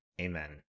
amen